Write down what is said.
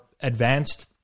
advanced